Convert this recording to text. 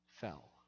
fell